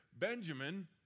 Benjamin